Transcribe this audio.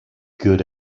good